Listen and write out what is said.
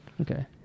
Okay